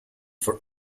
for